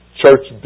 church